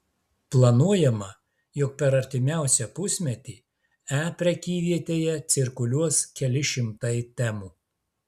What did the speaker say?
planuojama jog per artimiausią pusmetį e prekyvietėje cirkuliuos keli šimtai temų